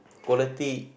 quality